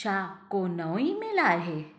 छा को नओं ईमेल आहे